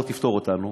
לא תפטור אותנו?